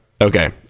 Okay